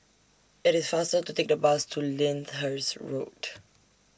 IT IS faster to Take The Bus to Lyndhurst Road